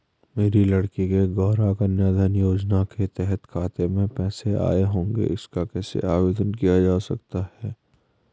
मेरी लड़की के गौंरा कन्याधन योजना के तहत खाते में पैसे आए होंगे इसका कैसे आवेदन किया जा सकता है?